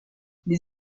les